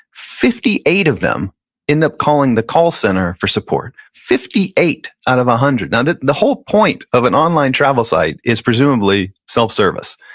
fifty eight of them end up calling the call center for support. fifty eight out of one hundred. now, the the whole point of an online travel site is presumably self-service.